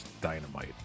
dynamite